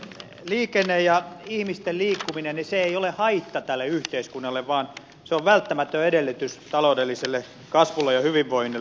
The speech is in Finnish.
liikenne ja ihmisten liikkuminen eivät ole haitta tälle yhteiskunnalle vaan välttämätön edellytys taloudelliselle kasvulle ja hyvinvoinnille